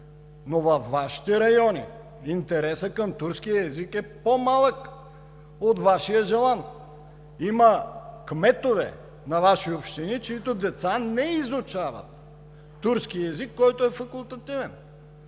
но във Вашите райони интересът към турския език е по-малък от Вашия желан. Има кметове на Ваши общини, чиито деца не изучават турски език, който е факултативен.